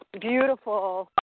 beautiful